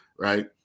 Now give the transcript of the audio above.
Right